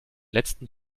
letzten